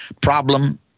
problem